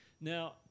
Now